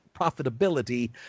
profitability